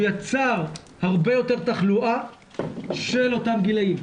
יצר הרבה יותר תחלואה של אותם גילאים.